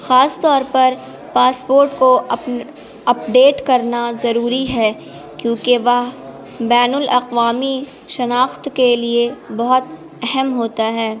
خاص طور پر پاسپورٹ کو اپ اپڈیٹ کرنا ضروری ہے کیونکہ وہ بین الاقوامی شناخت کے لیے بہت اہم ہوتا ہے